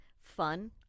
fun